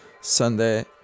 Sunday